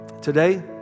Today